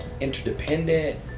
interdependent